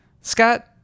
Scott